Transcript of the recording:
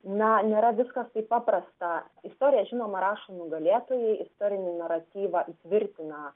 na nėra viskas taip paprasta istoriją žinoma rašo nugalėtojai istorinį naratyvą įtvirtina